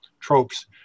tropes